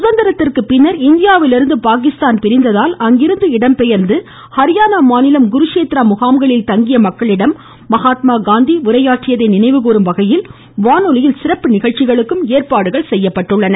சுதந்திரத்திற்கு பின் இந்தியாவிலிருந்து பாகிஸ்தான் பிரிந்ததால் அங்கிருந்து இடம்பெயர்ந்து ஹரியானா மாநிலம் குருஷேத்ரா முகாம்களில் தங்கிய மக்களிடம் மகாத்மா காந்தி உரையாற்றியதை நினைவு கூறும் வகையில் வானொலியில் சிறப்பு நிகழ்ச்சிகளுக்கு ஏற்பாடுகள் செய்யப்பட்டுள்ளன